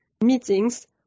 meetings